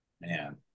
man